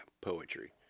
poetry